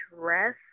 dress